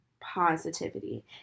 positivity